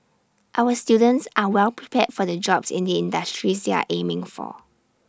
our students are well prepared for the jobs in the industries they are aiming for